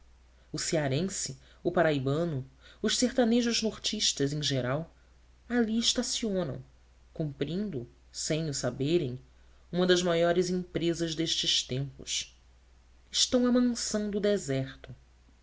o cearense o paraibano os sertanejos nortistas em geral ali estacionam cumprindo sem o saberem uma das maiores empresas destes tempos estão amansando o deserto